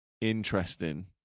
Interesting